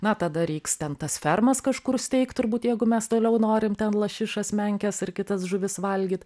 na tada reiks ten tas fermas kažkur steigt turbūt jeigu mes toliau norim ten lašišas menkes ir kitas žuvis valgyt